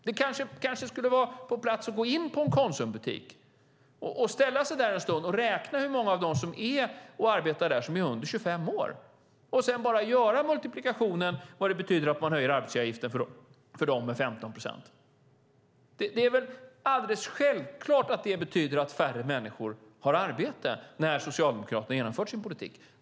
Det kanske skulle vara på sin plats att gå in i en Konsumbutik, ställa sig där en stund och räkna hur många av dem som arbetar där som är under 25 år. Sedan kan man bara göra en multiplikation och se vad det betyder att man höjer arbetsgivaravgiften för dem med 15 procent. Det är väl alldeles självklart att det betyder att färre människor har arbete när Socialdemokraterna har genomfört sin politik.